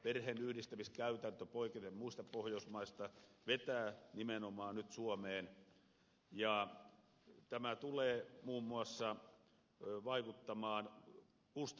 perheenyhdistämiskäytäntö poiketen muista pohjoismaista vetää nimenomaan nyt suomeen ja tämä tulee muun muassa vaikuttamaan kustannuksiin